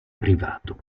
privato